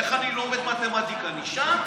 איך אני לומד מתמטיקה, אני שם?